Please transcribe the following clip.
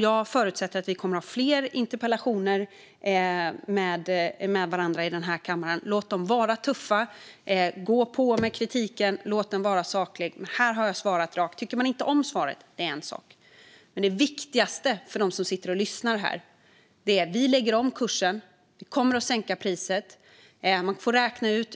Jag förutsätter att vi kommer att ha fler interpellationsdebatter med varandra i kammaren. Låt dem vara tuffa. Gå på med kritiken, och låt den vara saklig. Men här har jag svarat rakt. Att inte tycka om svaret är en sak, men det viktigaste för dem som lyssnar är att vi lägger om kursen och kommer att sänka priset. Man får